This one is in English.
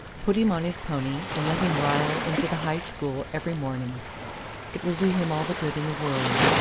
put him on his pony, and let him rile into the high school every morning it will do him all the good in the world,